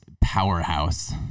powerhouse